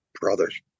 brother's